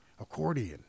accordion